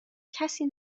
کسی